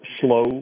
slow